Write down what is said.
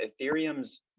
Ethereum's